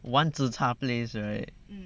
one zi char place right